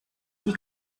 die